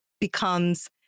becomes